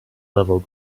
level